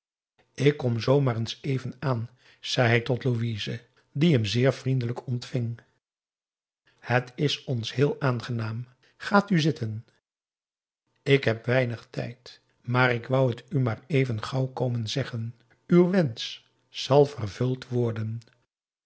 ik kom z maar eens even aan zei hij tot louise die hem zeer vriendelijk ontving het is ons heel aangenaam gaat u zitten ik heb weinig tijd maar ik wou het u maar even gauw komen zeggen uw wensch zal vervuld worden